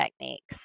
techniques